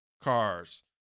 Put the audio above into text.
cars